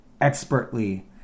expertly